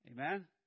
Amen